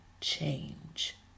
change